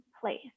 place